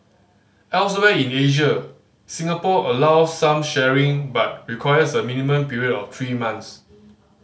elsewhere in Asia Singapore allows some sharing but requires a minimum period of three months